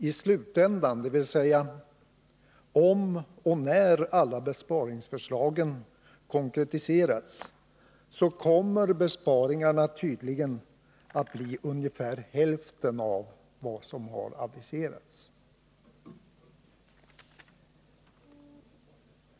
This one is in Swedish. I slutändan, dvs. om och när alla besparingsförslag konkretiserats, kommer besparingarna tydligen att bli ungefär hälften av vad som har aviserats.